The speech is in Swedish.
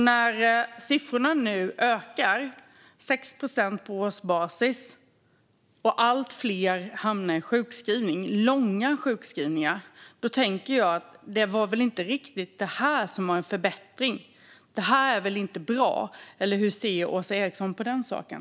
När siffrorna nu ökar med 6 procent på årsbasis och allt fler hamnar i långa sjukskrivningar tänker jag att det här inte riktigt var en förbättring. Det här är väl inte bra - eller hur ser Åsa Eriksson på den saken?